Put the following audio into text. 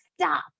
stop